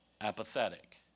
apathetic